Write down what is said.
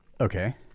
okay